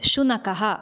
शुनकः